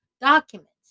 documents